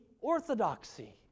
orthodoxy